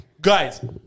Guys